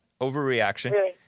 overreaction